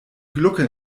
glucke